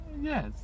Yes